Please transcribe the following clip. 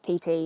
pt